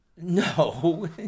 no